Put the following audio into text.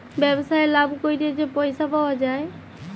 ব্যবসায় লাভ ক্যইরে যে পইসা পাউয়া যায়